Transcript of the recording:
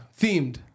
themed